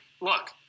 Look